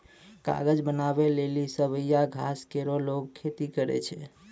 कागज बनावै लेलि सवैया घास केरो लोगें खेती करै छै